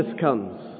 comes